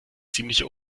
ziemliche